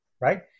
right